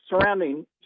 surrounding